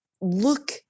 look